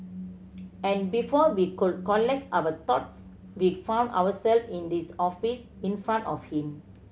and before we could collect our thoughts we found ourselves in this office in front of him